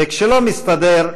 וכשלא מסתדר,